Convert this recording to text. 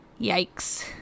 yikes